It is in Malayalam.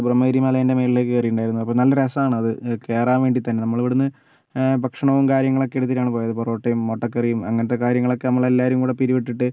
ബ്രഹ്മഗിരി മലേൻ്റെ മുകളിലേക്ക് കയറിയിട്ടുണ്ടായിരുന്നു അപ്പോൾ നല്ല രസമാണ് അത് കയറാൻ വേണ്ടി തന്നെ നമ്മളിവിടുന്ന് ഭക്ഷണവും കാര്യങ്ങളും ഒക്കെ എടുത്തിട്ടാണ് പോയത് പൊറോട്ടയും മുട്ടക്കറിയും അങ്ങനത്തെ കാര്യങ്ങളൊക്കെ നമ്മളെല്ലാരും കൂടി പിരിവ് ഇട്ടിട്ട്